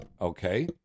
okay